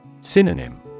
Synonym